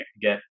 get